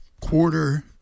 quarter